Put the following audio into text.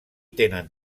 tenen